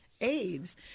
AIDS